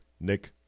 Nick